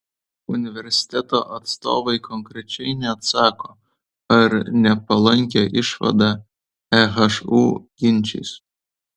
universiteto atstovai konkrečiai neatsako ar nepalankią išvadą ehu ginčys